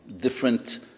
different